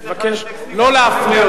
מבקש לא להפריע.